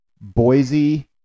Boise